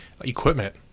equipment